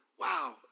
Wow